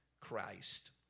Christ